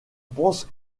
pense